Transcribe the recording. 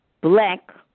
black